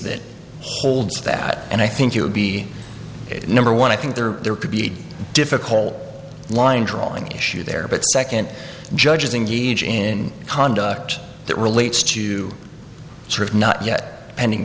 that holds that and i think it would be number one i think there are there could be difficult line drawing issue there but second judges engage in conduct that relates to sort of not yet pending